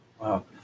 Wow